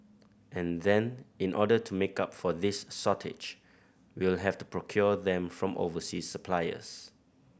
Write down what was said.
and then in order to make up for this shortage we'll have to procure them from overseas suppliers